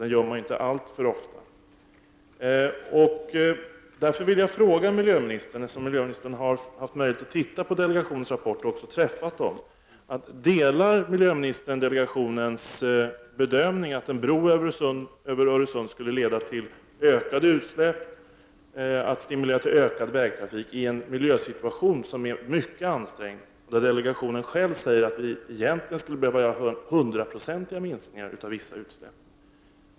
En sådan investering gör man inte alltför ofta. Eftersom miljöministern har haft möjlighet att ta del av delegationens rapport och träffa företrädare för delegationen, undrar jag om miljöministern delar delegationens bedömning att en bro över Öresund skulle leda till ökade utsläpp och stimulera ökad vägtrafick i en miljösituation, som är mycket ansträngd och där delegationen själv hävdar att man skulle behöva göra 100-procentiga minskningar av vissa utsläpp.